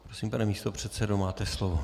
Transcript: Prosím, pane místopředsedo, máte slovo.